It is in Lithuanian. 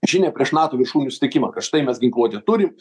žinią prieš nato viršūnių susitikimą kad štai mes ginkluotę turim